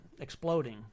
exploding